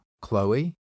Chloe